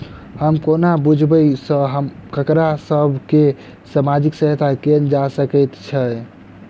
हम कोना बुझबै सँ ककरा सभ केँ सामाजिक सहायता कैल जा सकैत छै?